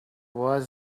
was